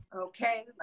Okay